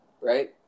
Right